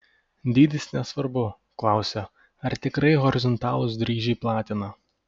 dydis nesvarbu klausia ar tikrai horizontalūs dryžiai platina